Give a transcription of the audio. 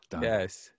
Yes